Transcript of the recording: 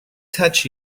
touch